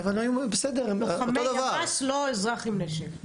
אבל בסדר, זה אותו דבר.